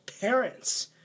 parents